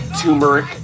turmeric